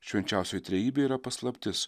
švenčiausioji trejybė yra paslaptis